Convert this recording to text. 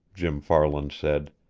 jim farland said,